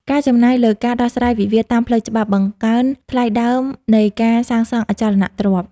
ការចំណាយលើការដោះស្រាយវិវាទតាមផ្លូវច្បាប់ បង្កើនថ្លៃដើមនៃការសាងសង់អចលនទ្រព្យ។